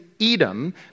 Edom